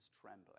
trembling